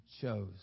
chose